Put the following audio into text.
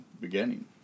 beginning